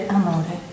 amore